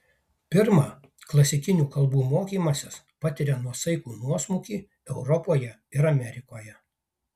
pirma klasikinių kalbų mokymasis patiria nuosaikų nuosmukį europoje ir amerikoje